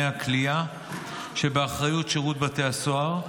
הכליאה שבאחריות שירות בתי הסוהר,